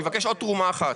אני מבקש עוד תרומה אחת.